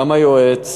גם היועץ,